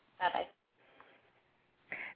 Bye-bye